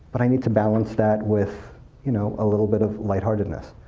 but i need to balance that with you know a little bit of lightheartedness.